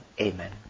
Amen